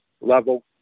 level